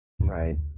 Right